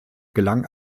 gelang